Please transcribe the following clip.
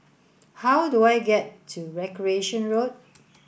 how do I get to Recreation Road